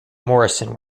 morrison